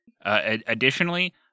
additionally